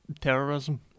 terrorism